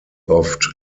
oft